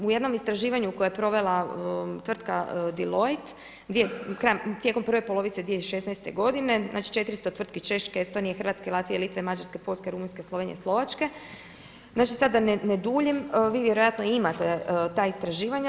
U jednom istraživanju koje je provela tvrtka Deloitte tijekom prve polovice 2016. godine, znači 400 tvrtki Češka, Estonije, Latvije, Litve, Mađarske, Poljske, Rumunjske, Slovenije, Slovačke, znači sad da ne duljim vi vjerojatno imate ta istraživanja.